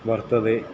वर्तते